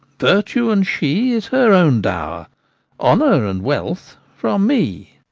virtue and she is her own dower honour and wealth from me.